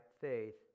faith